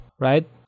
right